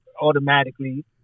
automatically